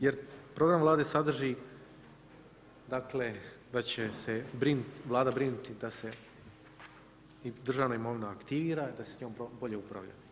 Jer program Vlade sadrži dakle, da će se Vlada brinuti da se državna imovina aktivira, da se s njom bolje upravlja.